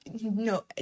no